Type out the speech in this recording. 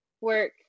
work